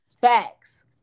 Facts